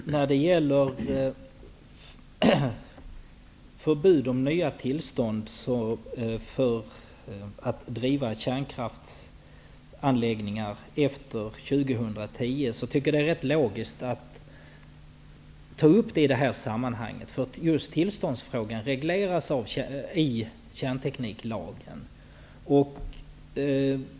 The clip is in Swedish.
Herr talman! Jag tycker att det är rätt logiskt att i det här sammanhanget ta upp förbudet mot nya tillstånd att driva kärnkraftsanläggningar efter 2010, eftersom just tillståndsfrågan regleras i kärntekniklagen.